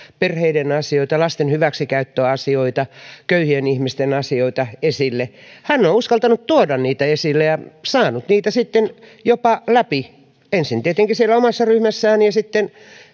perheiden asioita lasten hyväksikäyttöasioita köyhien ihmisten asioita hän on uskaltanut tuoda niitä esille ja saanut niitä sitten jopa läpi ensin tietenkin siellä omassa ryhmässään ja sitten